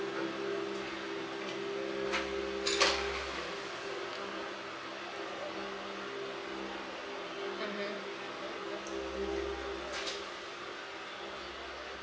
mmhmm